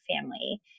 family